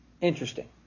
interesting